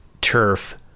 turf